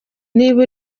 niba